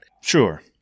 Sure